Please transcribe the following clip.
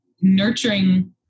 nurturing